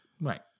Right